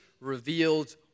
revealed